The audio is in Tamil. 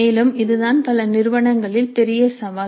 மேலும் இது தான் பல நிறுவனங்களின் பெரிய சவால்